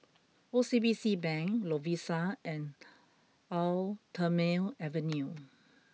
O C B C Bank Lovisa and Eau Thermale Avene